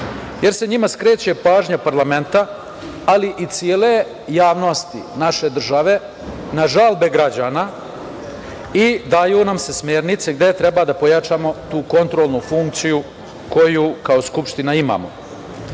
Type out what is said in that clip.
jer se njima skreće pažnja parlamenta, ali i cele javnosti naše države, na žalbe građana i daju nam se smernice gde treba da pojačamo tu kontrolnu funkciju koju kao Skupština imamo. Stoga